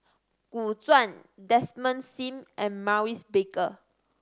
Gu Zuan Desmond Sim and Maurice Baker